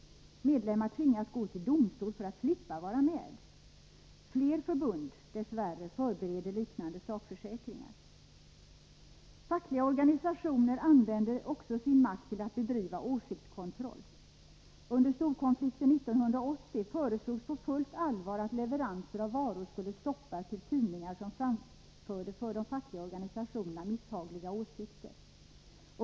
Medlemmar tvingas gå till domstol för att slippa vara med. Fler förbund förbereder dess värre liknande sakförsäkringar. Fackliga organisationer använder också sin makt till att bedriva åsiktskontroll. Under storkonflikten 1980 föreslogs på fullt allvar att leveranser av varor skulle stoppas till tidningar som framförde för de fackliga organisationerna misshagliga åsikter.